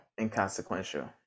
inconsequential